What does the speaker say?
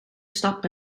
stap